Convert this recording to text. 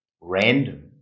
random